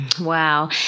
Wow